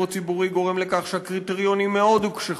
הציבורי גורם לכך שהקריטריונים מאוד הוקשחו,